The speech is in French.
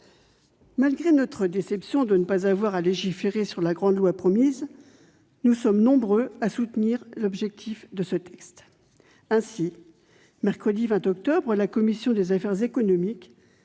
Malgré notre déception de ne pas avoir à légiférer sur la grande loi promise, nous sommes nombreux à soutenir l'ambition des auteurs de ce texte. Ainsi, mercredi 20 octobre, la commission des affaires économiques